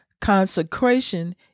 consecration